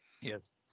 Yes